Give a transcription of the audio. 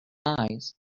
eyes